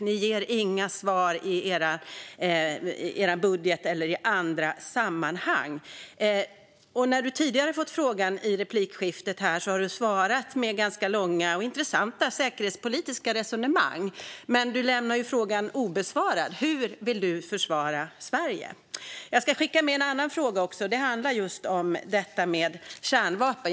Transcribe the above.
Ni ger inga svar i er budget eller i andra sammanhang. När du tidigare fått frågan i replikskiften här har du svarat med ganska långa och intressanta säkerhetspolitiska resonemang, men du lämnar frågan obesvarad. Hur vill du försvara Sverige? Jag ska skicka med en annan fråga också. Den handlar om detta med kärnvapen.